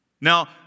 Now